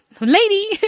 lady